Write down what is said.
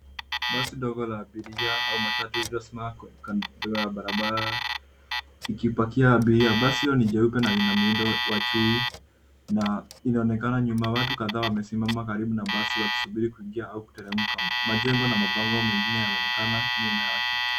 Basi ndogo la abiria au matatu lililosimama kando ya barabara ikipakia abiria. Basi hilo ni jeupe na lina miundo wa chui na inaonekana nyuma watu kadhaa wamesimama karibu na basi wakisubiri kuingia au kuteremka. Majengo na mabango mengine yanaonekana nyuma yake.